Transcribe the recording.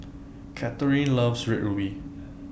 Kathyrn loves Red Ruby